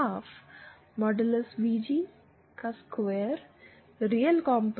VG